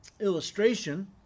illustration